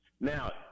now